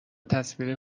تصویر